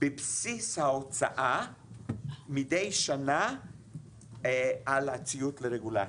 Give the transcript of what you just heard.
בבסיס ההוצאה מידי שנה על הציוד לרגולציה.